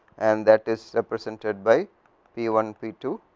and that is represented by p one, p two